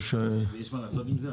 יש מה לעשות עם זה?